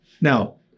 Now